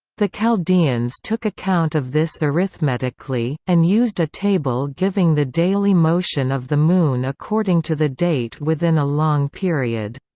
the chaldeans took account of this arithmetically, and used a table giving the daily motion of the moon according to the date within a long period.